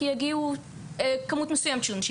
כי יגיעו כמות מסוימת של אנשים.